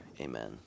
amen